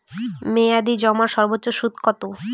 মেয়াদি জমার সর্বোচ্চ সুদ কতো?